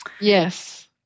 Yes